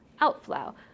outflow